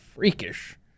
Freakish